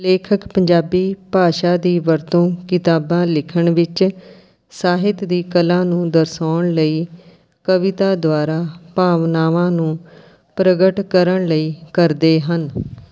ਲੇਖਕ ਪੰਜਾਬੀ ਭਾਸ਼ਾ ਦੀ ਵਰਤੋਂ ਕਿਤਾਬਾਂ ਲਿਖਣ ਵਿੱਚ ਸਾਹਿਤ ਦੀ ਕਲਾ ਨੂੰ ਦਰਸਾਉਣ ਲਈ ਕਵਿਤਾ ਦੁਆਰਾ ਭਾਵਨਾਵਾਂ ਨੂੰ ਪ੍ਰਗਟ ਕਰਨ ਲਈ ਕਰਦੇ ਹਨ